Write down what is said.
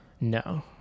No